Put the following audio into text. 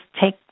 take